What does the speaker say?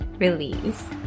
release